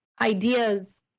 ideas